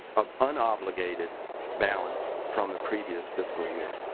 of unobligated balances from the previous fiscal year.